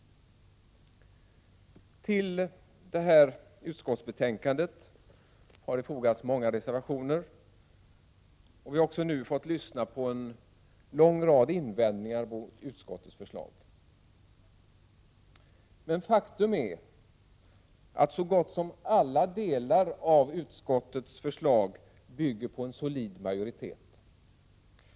Till utskottsbetänkandet har det fogats många reservationer. Vi har också nu fått lyssna på en lång rad invändningar mot utskottets förslag. Men faktum är att så gott som alla delar av utskottets förslag bygger på en solid majoritet.